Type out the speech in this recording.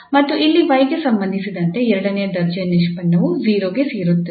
ಮತ್ತು ಇಲ್ಲಿ 𝑦 ಗೆ ಸಂಬಂಧಿಸಿದಂತೆ ಎರಡನೇ ದರ್ಜೆಯ ನಿಷ್ಪನ್ನವು 0 ಗೆ ಸೇರಿಸುತ್ತದೆ